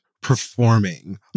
performing